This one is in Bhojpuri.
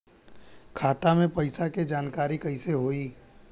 खाता मे पैसा के जानकारी कइसे होई?